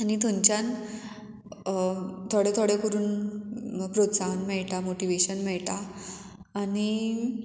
आनी थंयच्यान थोडे थोडे करून प्रोत्साहन मेळटा मोटिवेशन मेळटा आनी